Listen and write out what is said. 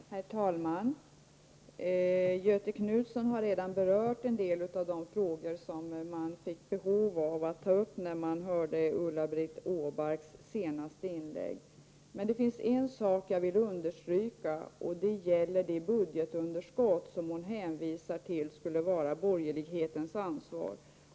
Herr talman! Göthe Knutson har redan berört en del av de frågor som vi fick behov av att ta upp när vi hörde Ulla-Britt Åbarks senaste inlägg. Jag vill understryka en sak, nämligen beträffande det budgetunderskott som Ulla-Britt Åbark sade att de borgerliga partierna hade ansvar för.